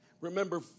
Remember